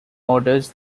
orders